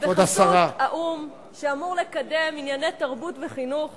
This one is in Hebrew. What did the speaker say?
שבחסות האו"ם שאמור לקדם ענייני תרבות וחינוך